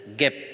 gap